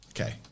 okay